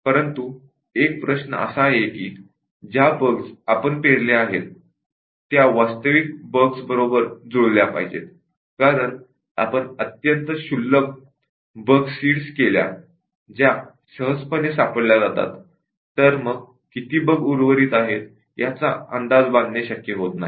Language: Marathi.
परंतु एक प्रश्न असा आहे की ज्या बग्स आपण सीड केल्या आहेत त्या वास्तविक बग्स बरोबर जुळल्या पाहिजेत कारण आपण अत्यंत क्षुल्लक बग्स सीड केल्या ज्या सहजपणे सापडल्या जातात तर मग किती बग उर्वरित आहेत याचा अंदाज बांधणे शक्य होत नाही